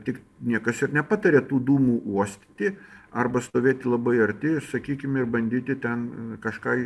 tik niekas ir nepataria tų dūmų uostyti arba stovėti labai arti sakykim ir bandyti ten kažką